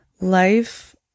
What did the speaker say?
life